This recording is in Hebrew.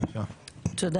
תודה